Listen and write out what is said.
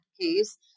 case